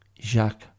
Jacques